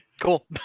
cool